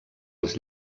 els